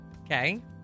Okay